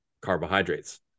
carbohydrates